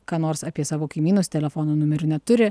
ką nors apie savo kaimynus telefonų numerių neturi